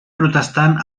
protestant